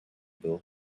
bull